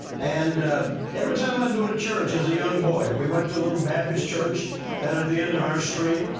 and every time i'd go to church as a young boy, we went to a little baptist church down at the end of our street.